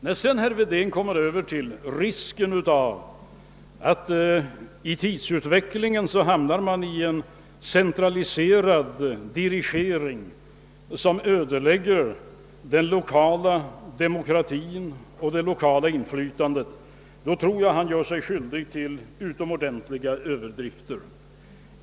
När herr Wedén talade om risken för att tidsutvecklingen leder till att vi hamnar i en centraliserad dirigering som ödelägger den lokala demokratin och det lokala inflytandet, tror jag att han gjorde sig skyldig till utomordentligt stora överdrifter.